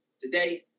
today